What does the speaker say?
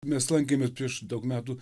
mes lankėmės prieš daug metų